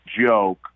joke